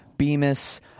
Bemis